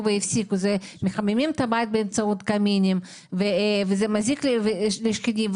מחממים את הבית באמצעות קמינים וזה מזיק לשכנים.